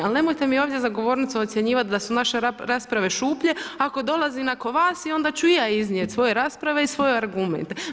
Ali nemojte mi ovdje za govornicom ocjenjivat da su naše rasprave šuplje, ako dolazin nakon vas i onda ću i ja iznijet svoje rasprave i svoje argumente.